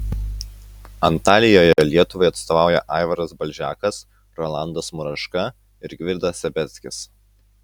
antalijoje lietuvai atstovauja aivaras balžekas rolandas muraška ir gvidas sabeckis